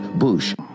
Bush